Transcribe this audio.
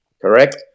Correct